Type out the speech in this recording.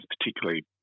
particularly